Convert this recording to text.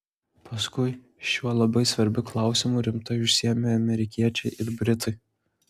paskui šiuo labai svarbiu klausimu rimtai užsiėmė amerikiečiai ir britai